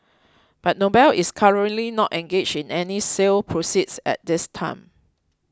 but Noble is currently not engaged in any sale process at this time